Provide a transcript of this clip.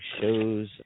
shows